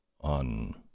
on